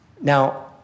Now